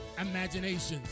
imaginations